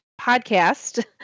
Podcast